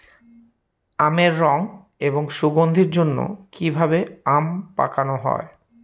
আমের রং এবং সুগন্ধির জন্য কি ভাবে আম পাকানো হয়?